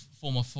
former